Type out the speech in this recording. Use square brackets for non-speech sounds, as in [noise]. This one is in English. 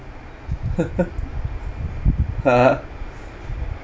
[laughs] !huh!